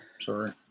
sorry